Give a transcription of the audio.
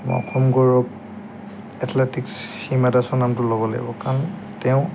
মই অসম গৌৰৱ এথলেটিক্স হিমা দাসৰ নামটো ল'ব লাগিব কাৰণ তেওঁ